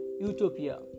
utopia